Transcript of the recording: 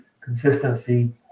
consistency